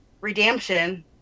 Redemption